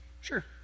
Sure